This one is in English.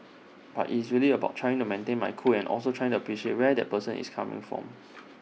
but IT is really about trying to maintain my cool and also trying to appreciate where that person is coming from